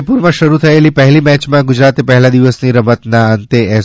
જયપુરમાં શરૂ થયેલી પહેલી મેચમાં ગુજરાતે પહેલા દિવસની રમતના અંતે એસ